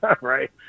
right